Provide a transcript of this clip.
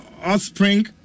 offspring